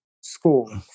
school